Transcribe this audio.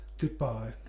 goodbye